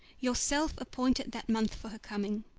yourself appointed that month for her coming